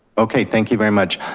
okay, thank you very much.